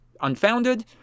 unfounded